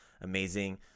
Amazing